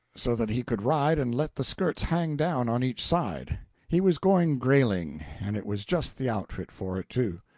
so that he could ride and let the skirts hang down on each side. he was going grailing, and it was just the outfit for it, too.